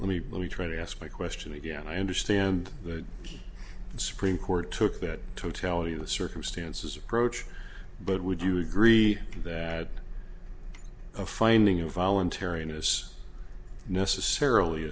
let me let me try to ask my question again i understand the supreme court took that totality of the circumstances approach but would you agree that a finding of voluntariness necessarily